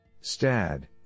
STAD